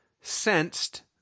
sensed